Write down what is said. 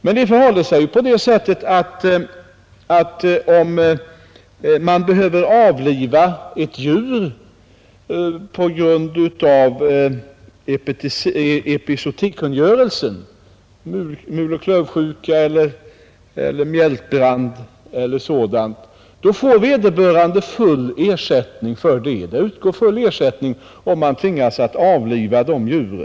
Men det förhåller sig ju på det sättet att om man behöver avliva djur enligt epizootikungörelsen — på grund av muloch klövsjuka, mjältbrand eller något sådant — får vederbörande full ersättning.